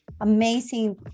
amazing